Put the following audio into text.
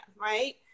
right